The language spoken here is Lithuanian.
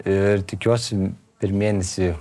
ir tikiuosi per mėnesį